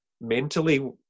mentally